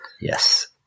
Yes